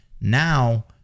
now